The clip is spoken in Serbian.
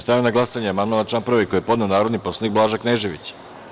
Stavljam na glasanje amandman na član 2. koji je podneo narodni poslanik Blaža Knežević.